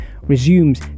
resumes